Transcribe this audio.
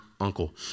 uncle